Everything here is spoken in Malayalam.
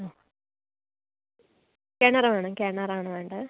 മ് കിണർ വേണം കിണറാണ് വേണ്ടത്